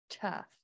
Tough